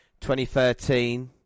2013